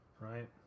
right